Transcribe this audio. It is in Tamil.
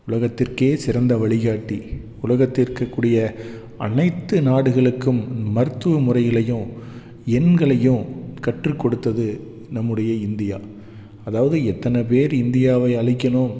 உலகத்திற்கே சிறந்த வழிகாட்டி உலகத்தில் இருக்கக்கூடிய அனைத்து நாடுகளுக்கும் மருத்துவ முறைகளையும் எண்களையும் கற்றுக்கொடுத்தது நம்முடைய இந்தியா அதாவது எத்தனை பேர் இந்தியாவை அழிக்கணும்